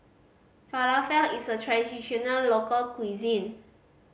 falafel is a traditional local cuisine